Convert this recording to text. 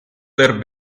were